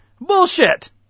bullshit